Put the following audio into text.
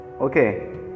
Okay